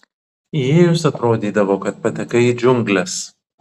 įėjus atrodydavo kad patekai į džiungles